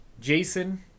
Jason